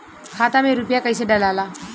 खाता में रूपया कैसे डालाला?